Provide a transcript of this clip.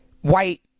white